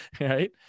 Right